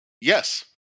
Yes